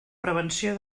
prevenció